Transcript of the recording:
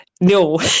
No